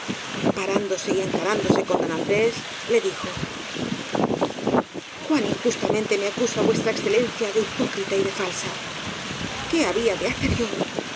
parándose y encarándose con don andrés le dijo cuán injustamente me acusa v e de hipó crita y de falsa qué había de hacer yo